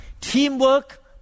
Teamwork